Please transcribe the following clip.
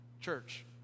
church